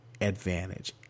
advantage